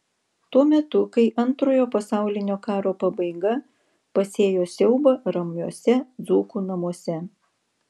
tuo metu kai antrojo pasaulinio karo pabaiga pasėjo siaubą ramiuose dzūkų namuose